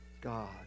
God